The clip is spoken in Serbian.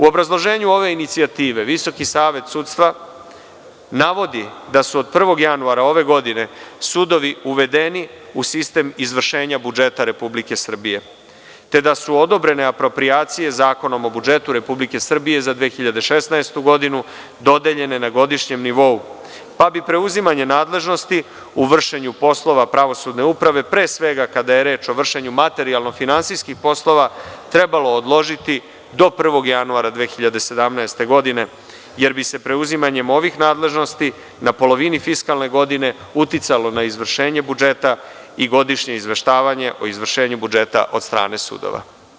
U obrazloženju ove inicijative Visoki savet sudstva navodi da su od 1. januara ove godine, sudovi uvedeni u sistem izvršenja budžeta Republike Srbije, te da su odobrene aproprijacije Zakonom o budžetu Republike Srbije za 2016. godinu, dodeljene na godišnjem nivou, pa bi preuzimanje nadležnosti u vršenju poslova pravosudne uprave, pre svega kada je reč o vršenju materijalno-finansijskih poslova, trebalo odložiti do 1. januara 2017. godine, jer bi se preuzimanjem ovih nadležnosti na polovini fiskalne godine, uticalo na izvršenje budžeta i godišnje izveštavanje o izvršenju budžeta od strane sudova.